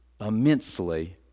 immensely